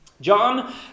John